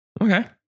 Okay